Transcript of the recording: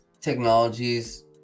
technologies